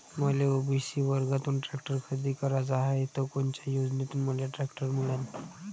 मले ओ.बी.सी वर्गातून टॅक्टर खरेदी कराचा हाये त कोनच्या योजनेतून मले टॅक्टर मिळन?